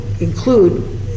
include